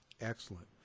Excellent